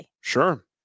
Sure